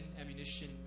ammunition